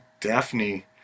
Daphne